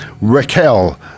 Raquel